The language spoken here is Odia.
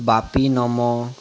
ବାପି ନମ